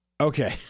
Okay